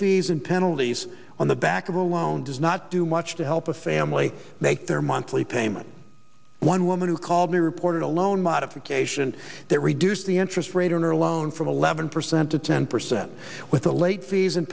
fees and penalties on the back of her alone does not do much to help a family make their monthly payment one woman who called me reported a loan modification that reduced the interest rate or a loan from eleven percent to ten percent with the late fees and